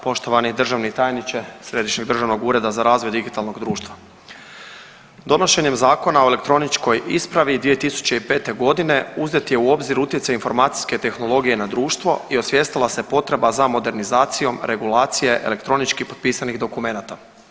Poštovani državni tajniče Središnjeg državnog ureda za razvoj digitalnog društva, donošenjem Zakona o elektroničkoj ispravi 2005. godine uzet je u obzir informacijske tehnologije na društvo i osvijestila se potreba za modernizacijom regulacije elektronički potpisanih dokumenta.